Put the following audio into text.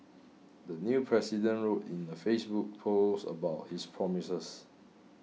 the new president wrote in a Facebook post about his promises